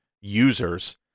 users